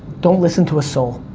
don't listen to a soul.